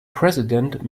president